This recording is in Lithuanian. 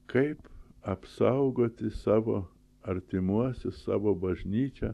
kaip apsaugoti savo artimuosius savo bažnyčią